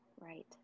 Right